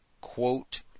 quote